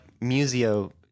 Museo